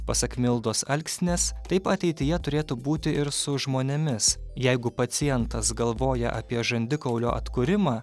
pasak mildos alksnės taip ateityje turėtų būti ir su žmonėmis jeigu pacientas galvoja apie žandikaulio atkūrimą